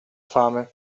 fame